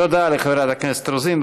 תודה לחברת הכנסת רוזין.